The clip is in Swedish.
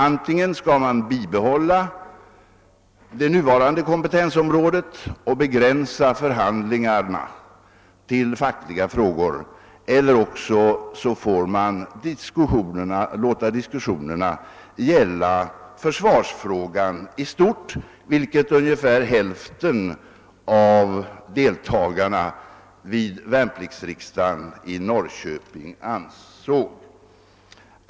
Antingen skall man bibehålla det nuvarande kompetensområdet och begränsa förhandlingarna till fackliga frågor eller också får man låta diskussionerna gälla försvarsfrågan i stort, vilket ungefär hälften av deltagarna vid värnpliktsriksdagen i Norrköping ansåg.